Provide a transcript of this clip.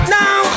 now